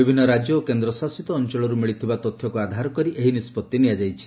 ବିଭିନ୍ନ ରାକ୍ୟ ଓ କେନ୍ଦ୍ରଶାସିତ ଅଞ୍ଞଳରୁ ମିଳିଥିବା ତଥ୍ୟକୁ ଆଧାର କରି ଏହି ନିଷ୍ବଉି ନିଆଯାଇଛି